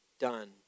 done